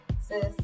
sis